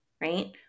right